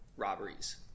robberies